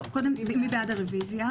מי בעד הרביזיה